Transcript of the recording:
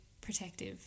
protective